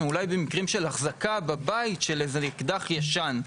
אולי במקרים של החזקה בבית של איזה אקדח ישן,